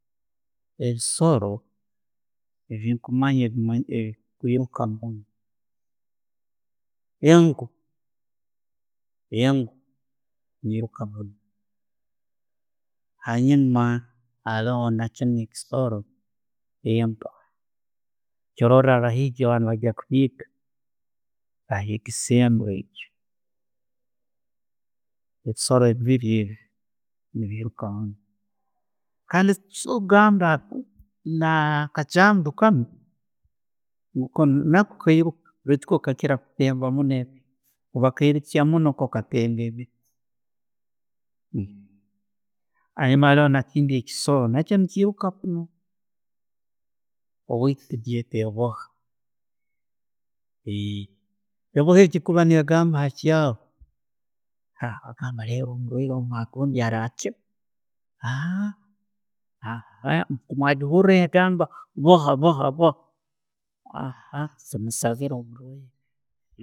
Ebisoro, ebyonkumanya ebi- ebikwiiruka munno, yango yango, neyiruka munno. Hanyuma haroho ne'kindi ekisooro embwa. Niikyo orora abahiigi bwebanebagenda kuhiiga, bahigisa embwa ebisoro ebiibiiri ebyo, kale nikyo ogamba na kagyango kanu nako kairuka baitu ko kakira munno kutemba emiiti, tekairuka munno, ko katemba emiiti. Haroho ne'kindi ekisooro, naakyo ne'kiruka munno, obundi. Embwa egyo kuba negamba akairo. gundi ogwo anakyira Wagihura yagamba bohaboha.